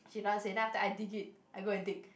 she don't want say then after I dig it I go and dig